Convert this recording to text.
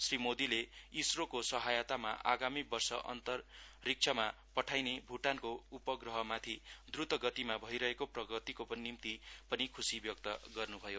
श्री मोदीले आइएसआरओ को सहायतामा आगामी वर् अन्तरीक्षमा पठाइने भूटानको उपग्रहमाथि द्वता गतिमा भइकगेतो प्रगतिको निम्ति पनि खुशि व्यक्त गर्नु भयो